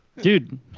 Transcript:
Dude